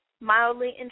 mildly